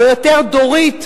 או יותר דורית מענבר,